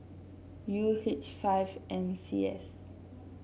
U H five M C S